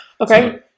Okay